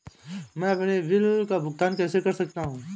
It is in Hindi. मैं अपने बिजली बिल का भुगतान कैसे कर सकता हूँ?